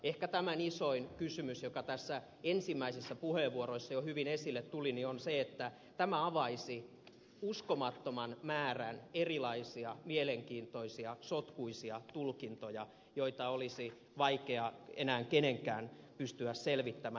ehkä isoin kysymys joka näissä ensimmäisissä puheenvuoroissa jo hyvin esille tuli on se että tämä avaisi uskomattoman määrän erilaisia mielenkiintoisia sotkuisia tulkintoja joita olisi vaikea enää kenenkään pystyä selvittämään